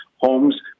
Homes